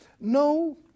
no